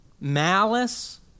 malice